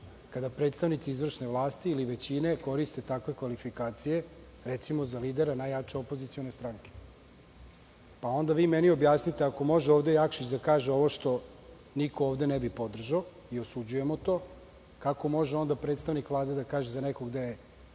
kada predstavnici izvršne vlasti ili većine koriste takve kvalifikacije, recimo, za lidere najjače opozicione stranke. Onda vi meni objasnite, ako može ovde Jakšić da kaže ovo što niko ovde ne bi podržao i osuđujemo to, kako može onda predstavnik Vlade da kaže za nekog da je